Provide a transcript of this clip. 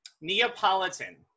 Neapolitan